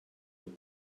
have